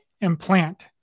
implant